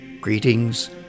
Greetings